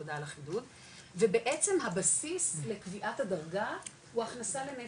תודה על החידוד ובעצם הבסיס לקביעת הדרגה הוא הכנסה לנפש,